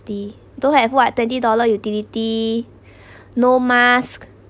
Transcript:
~ly don't have what twenty dollar utility no mask